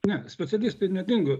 ne specialistai nedingo